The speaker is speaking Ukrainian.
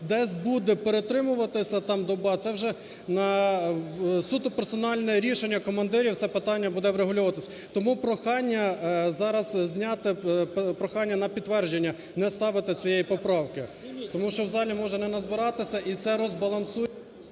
десь буде перетримуватися там доба, це вже на суто персональне рішення командирів це питання буде врегульовуватися. Тому прохання зараз зняти... прохання на підтвердження не ставити цієї поправки, тому що в залі може не назбиратися і це розбалансує...